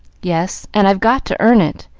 yes and i've got to earn it.